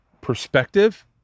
perspective